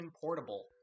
Portable